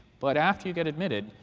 but after you get admitted,